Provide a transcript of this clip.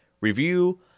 review